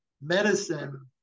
medicine